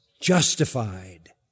justified